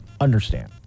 understand